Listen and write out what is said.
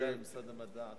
מנכ"ל משרד המדע,